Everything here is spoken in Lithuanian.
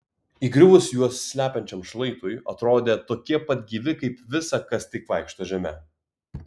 įgriuvus juos slepiančiam šlaitui atrodė tokie pat gyvi kaip visa kas tik vaikšto žeme